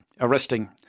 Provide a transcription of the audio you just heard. arresting